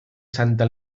santa